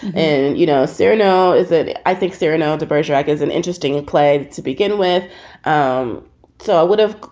and, you know, serono is it? i think serano de bergerac is an interesting play to begin with um so i would have,